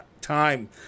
time